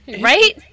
Right